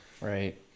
right